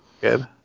Good